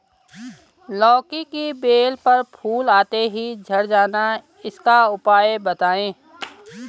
लौकी की बेल पर फूल आते ही झड़ जाना इसका उपाय बताएं?